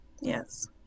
Yes